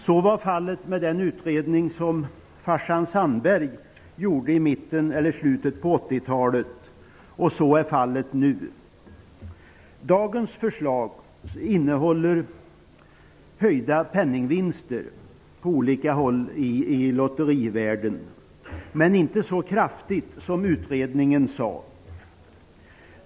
Så var fallet när det gällde den utredning som talet, och så är även fallet nu. Dagens förslag innebär höjningar av penningvinsterna på olika håll i lotterivärlden, men inte så kraftiga som utredningen föreslog.